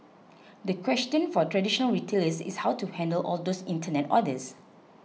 the question for traditional retailers is how to handle all those internet orders